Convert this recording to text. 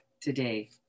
today